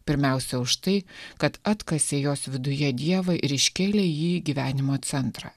pirmiausia už tai kad atkasė jos viduje dievą ir iškėlė jį į gyvenimo centrą